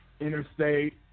Interstate